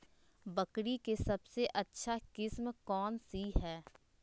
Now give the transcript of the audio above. बकरी के सबसे अच्छा किस्म कौन सी है?